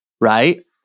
Right